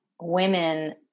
women